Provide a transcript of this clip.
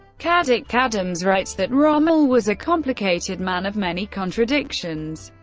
caddick-adams writes that rommel was a complicated man of many contradictions,